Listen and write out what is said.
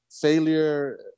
failure